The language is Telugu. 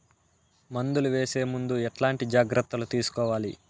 మందులు వేసే ముందు ఎట్లాంటి జాగ్రత్తలు తీసుకోవాలి?